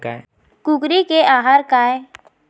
कुकरी के आहार काय?